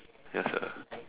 yes sia